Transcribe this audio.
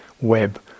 web